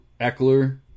Eckler